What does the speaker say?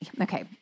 okay